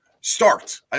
start